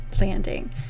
landing